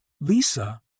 Lisa